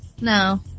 No